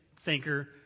Thinker